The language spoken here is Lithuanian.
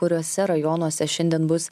kuriuose rajonuose šiandien bus